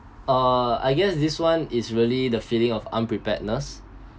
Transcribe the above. uh I guess this one is really the feeling of unpreparedness